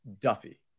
Duffy